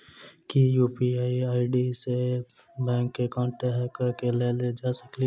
की UPI ID सऽ bank account hack कैल जा सकलिये?